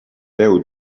deu